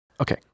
okay